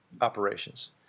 operations